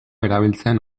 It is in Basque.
erabiltzen